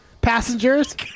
passengers